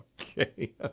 Okay